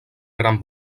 gran